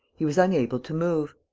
he was unable to move.